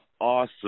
awesome